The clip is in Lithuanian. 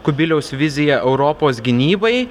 kubiliaus vizija europos gynybai